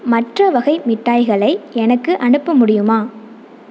மற்ற வகை மிட்டாய்களை எனக்கு அனுப்ப முடியுமா